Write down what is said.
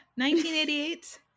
1988